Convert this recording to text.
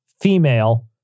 female